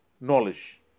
knowledge